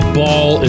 ball